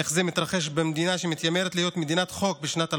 איך זה מתרחש במדינה שמתיימרת להיות מדינת חוק בשנת 2023?